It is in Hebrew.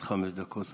עד חמש דקות לרשותך.